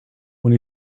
when